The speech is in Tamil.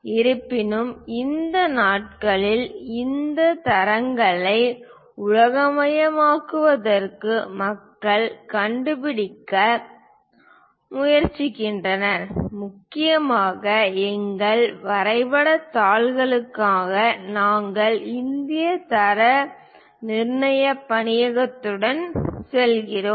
இருப்பினும் இந்த நாட்களில் இந்த தரங்களை உலகமயமாக்குவதற்கு மக்கள் கண்டுபிடிக்க முயற்சிக்கின்றனர் முக்கியமாக எங்கள் வரைபடத் தாள்களுக்காக நாங்கள் இந்திய தர நிர்ணய பணியகத்துடன் செல்கிறோம்